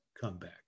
Comeback